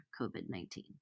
COVID-19